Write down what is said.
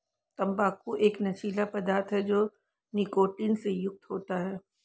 तंबाकू एक नशीला पदार्थ है जो निकोटीन से युक्त होता है